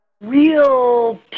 real